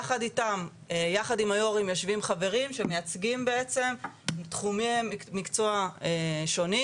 יחד עם היו"רים יושבים חברים שמייצגים בעצם תחומי מקצוע שונים,